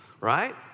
right